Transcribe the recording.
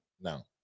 No